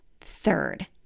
Third